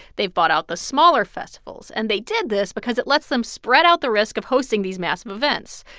they've bought out the smaller festivals, and they did this because it lets them spread out the risk of hosting these massive events.